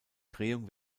drehung